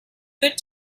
good